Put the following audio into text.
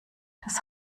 das